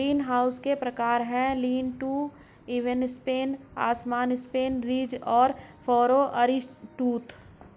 greenhouse के प्रकार है, लीन टू, इवन स्पेन, असमान स्पेन, रिज और फरो, आरीटूथ